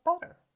better